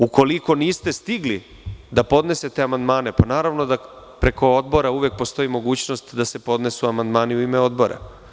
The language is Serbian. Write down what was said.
Ukoliko niste stigli da podnesete amandmane, pa naravno da preko Odbora uvek postoji mogućnost da se podnesu amandmani u ime Odbora.